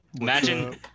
Imagine